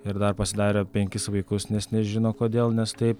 ir dar pasidarė penkis vaikus nes nežino kodėl nes taip